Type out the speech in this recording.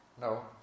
No